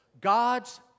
God's